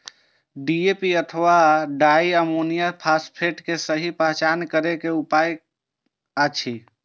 DAP अथवा di ammonium phosphate के सहि पहचान करे के कि उपाय अछि?